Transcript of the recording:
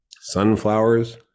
sunflowers